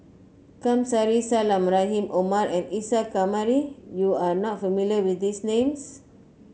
Kamsari Salam Rahim Omar and Isa Kamari You are not familiar with these names